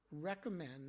recommend